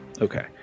Okay